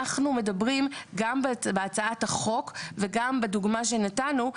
אנחנו מדברים גם בהצעת החוק וגם בדוגמא שנתנו,